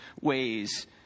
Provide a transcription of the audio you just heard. ways